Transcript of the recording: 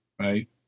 Right